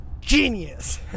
Genius